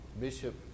Bishop